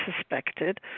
suspected